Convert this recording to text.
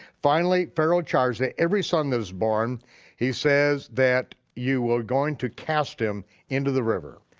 finally pharaoh charged that every son is born he says that you are going to cast him into the river.